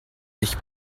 sich